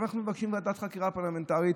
עכשיו אנחנו מבקשים ועדת חקירה פרלמנטרית,